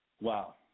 Wow